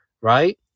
right